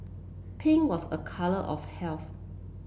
pink was a colour of health